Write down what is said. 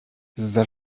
zza